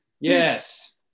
Yes